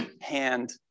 hand